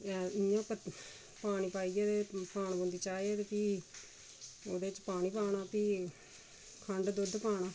इ'यां पत्ती पानी पाइयै ते पानी पौंदी चाह् फ्ही ओह्दे च पानी पाना फ्ही खण्ड दुद्ध पाना